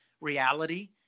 reality